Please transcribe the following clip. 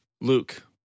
Luke